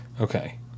Okay